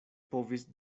povis